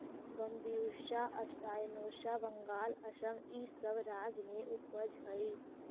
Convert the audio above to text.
Bambusa spinosa Bengal, Assam इ सब राज्य में उपजऽ हई